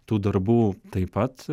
tų darbų taip pat